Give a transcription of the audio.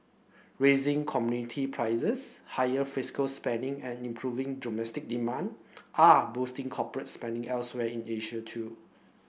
rising commodity prices higher fiscal spending and improving domestic demand are boosting corporate spending elsewhere in Asia too